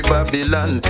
Babylon